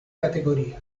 categoria